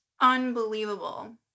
unbelievable